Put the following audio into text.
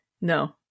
No